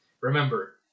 Remember